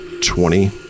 twenty